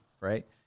Right